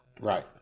Right